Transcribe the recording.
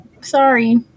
Sorry